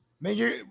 Major